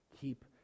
Keep